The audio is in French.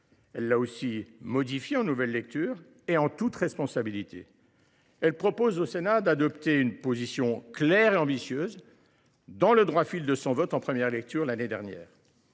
elle l’a aussi modifié, en nouvelle lecture, en toute responsabilité. Elle propose au Sénat d’adopter une position claire et ambitieuse, dans le droit fil de son vote en première lecture l’année dernière.